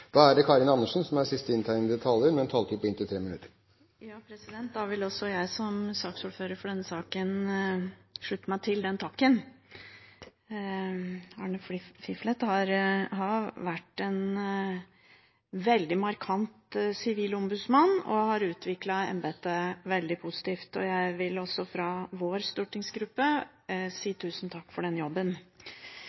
Da vil også jeg som saksordfører for denne saken slutte meg til den takken. Arne Fliflet har vært en veldig markant sivilombudsmann og har utviklet embetet veldig positivt. Jeg vil også fra vår stortingsgruppe si